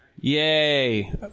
Yay